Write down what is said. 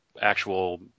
actual